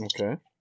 Okay